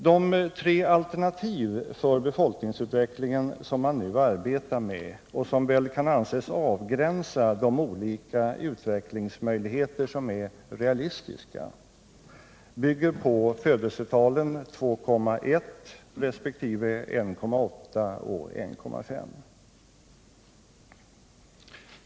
De tre alternativ för befolkningsutvecklingen, som man nu arbetar med och som väl kan anses avgränsa de olika utvecklingsmöjligheter som är realistiska, bygger på födelsetalen 2,1, 1,8 resp. 1,5.